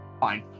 fine